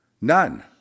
none